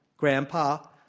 grandpa,